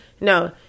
no